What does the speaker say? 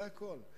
זה הכול.